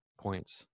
points